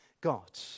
God